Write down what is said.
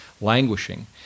languishing